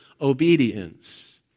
obedience